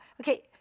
Okay